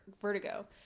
vertigo